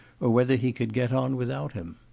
or whether he could get on without him.